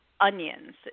Onions